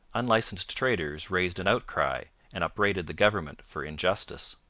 unlicensed traders raised an outcry and upbraided the government for injustice.